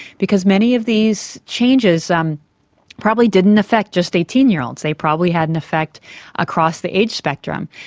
because many of these changes um probably didn't affect just eighteen year olds, they probably had an effect across the age spectrum,